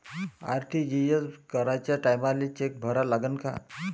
RTGS कराच्या टायमाले cheque भरा लागन का?